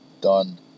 done